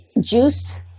Juice